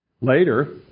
Later